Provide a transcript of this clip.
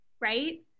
Right